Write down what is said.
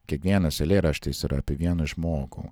kiekvienas eilėraštis yra apie vieną žmogų